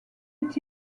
est